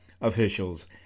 officials